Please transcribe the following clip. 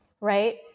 right